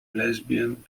lesbian